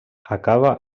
acaba